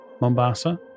Mombasa